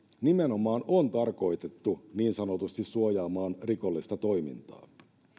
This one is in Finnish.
nimenomaan on tarkoitettu niin sanotusti suojaamaan rikollista toimintaa